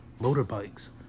motorbikes